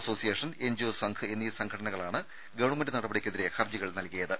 association NGO Sangh എന്നീ NGO സംഘടനകളാണ് government നടപടിക്കെതിരെ ഹർജികൾ നൽകിയത്